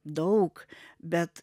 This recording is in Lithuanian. daug bet